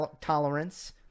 tolerance